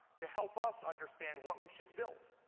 to help us understand what we should build.